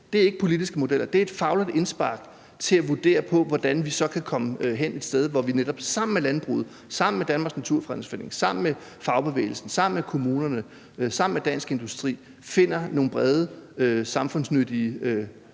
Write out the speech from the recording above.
Det er ikke politiske modeller. Det er et fagligt indspark til at kunne vurdere, hvordan vi så kan komme et sted hen, hvor vi netop sammen med landbruget, sammen med Danmarks Naturfredningsforening, sammen med fagbevægelsen, sammen med kommunerne og sammen med Dansk Industri finder nogle brede, samfundsnyttige